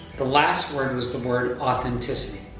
the last word was the word authenticity